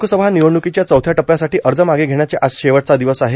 लोकसभा निवडणूकीच्या चौथ्या टप्यासाठी अर्ज मागे घेण्याचा आज शेवटचा दिवस आहे